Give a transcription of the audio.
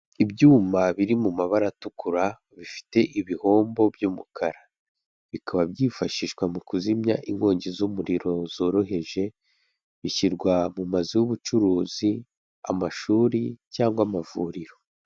Ibyuma biri mu mabara atukura, bifite ibihombo by'umukara, bikaba byifashishwa mu kuzimya inkongi z'umuriro zoroheje, bishyirwa mu mazu y'ubucuruzi, amashuri cyangwa amavuriro.